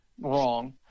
wrong